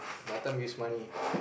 Batam use money